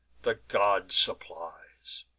the god supplies,